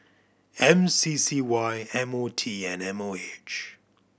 M C C Y M O T and M O H